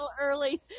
early